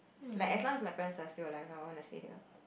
like as long as my parents as still alive I would want to stay here